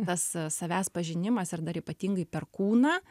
tas savęs pažinimas ir dar ypatingai per kūną